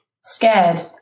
Scared